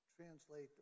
translate